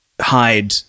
hide